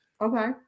Okay